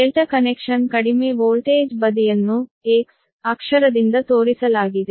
∆ connection ಕಡಿಮೆ voltage ಬದಿಯನ್ನು X ಅಕ್ಷರದಿಂದ ತೋರಿಸಲಾಗಿದೆ